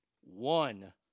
One